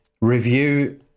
review